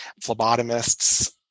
phlebotomists